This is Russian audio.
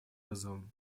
вызовом